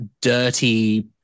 dirty